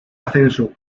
ascenso